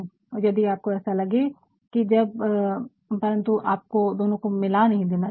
और यदि आपको ऐसा लगे कि जब परन्तु आपको दोनो को मिला नहीं देना चाहिए